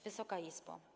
Wysoka Izbo!